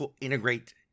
integrate